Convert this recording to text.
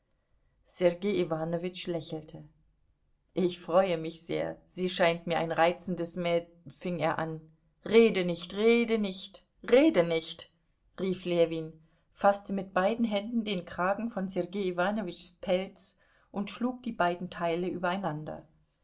sergei iwanowitsch lächelte ich freue mich sehr sie scheint mir ein reizendes mäd fing er an rede nicht rede nicht rede nicht rief ljewin faßte mit beiden händen den kragen von sergei iwanowitschs pelz und schlug die beiden teile übereinander